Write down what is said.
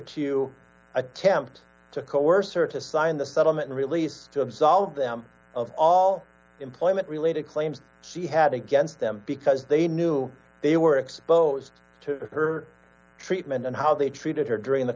to attempt to coerce or to sign the settlement release to absolve them of all employment related claims she had against them because they knew they were exposed to her treatment and how they treated her during the